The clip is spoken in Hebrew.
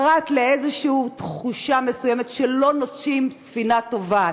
פרט לתחושה מסוימת שלא נוטשים ספינה טובעת?